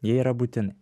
jie yra būtini